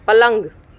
પલંગ